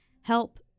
help